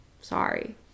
sorry